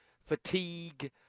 fatigue